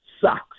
sucks